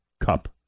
Cup